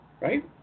Right